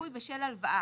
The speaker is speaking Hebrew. ניכוי בשל הלוואה.